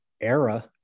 era